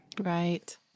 Right